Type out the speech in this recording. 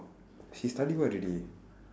she study what already